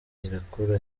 irakora